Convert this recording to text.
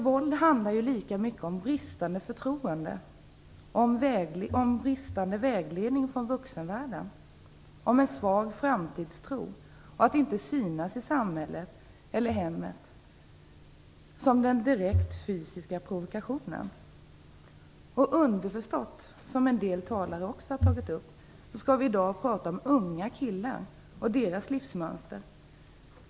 Våld handlar ju lika mycket om bristande förtroende, om bristande vägledning från vuxenvärlden, om en svag framtidstro och om att inte synas i samhället eller hemmet som om den direkt fysiska provokationen. Underförstått, som en del talare har tagit upp, skall vi i dag prata om unga killar och deras livsmönster.